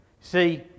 See